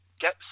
get